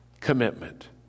commitment